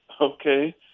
Okay